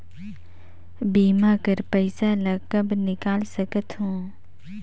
बीमा कर पइसा ला कब निकाल सकत हो?